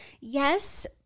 Yes